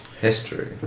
History